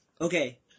okay